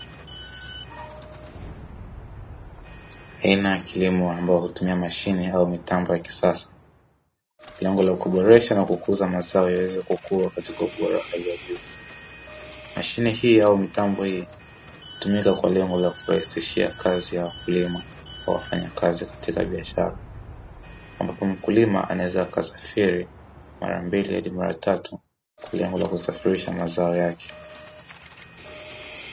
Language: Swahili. Aina ya kilimo ambayo hutumia mashine au mitambo ya kisasa kwa lengo la kuboresha na kukuza mazao yaweze kukua katika ubora wa hali ya juu. Mashine hii au mitambo hii hutumika kwa lengo la kurahisishia kazi ya wakulima, wafanyakazi katika biashara ambapo mkulima anaweza akasafiri mara mbili au mara tatu kwa lengo la kusafirisha mazao yake,